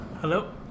Hello